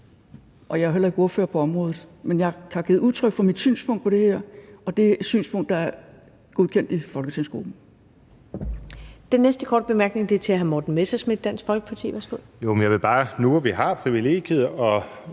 Og jeg er jo heller ikke ordfører på området. Men jeg har givet udtryk for mit synspunkt på det her, og det er et synspunkt, der er godkendt i folketingsgruppen. Kl. 16:12 Første næstformand (Karen Ellemann): Den næste korte bemærkning er til hr. Morten Messerschmidt, Dansk Folkeparti.